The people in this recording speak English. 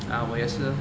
哦我也是